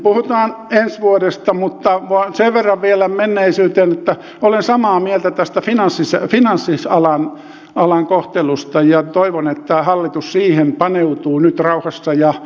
puhutaan ensi vuodesta mutta sen verran vielä menneisyyteen että olen samaa mieltä tästä seinän sisälläkin on siis ala finanssialan kohtelusta ja toivoin että hallitus siihen paneutuu nyt rauhassa ja perusteellisesti